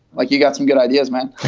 like, you've got some good ideas, man.